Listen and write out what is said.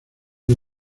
del